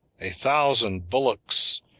a thousand bullocks,